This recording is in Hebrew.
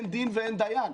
אין דין ואין דיין.